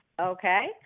okay